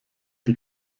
die